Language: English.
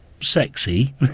sexy